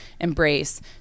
embrace